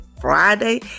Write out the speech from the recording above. Friday